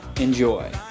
Enjoy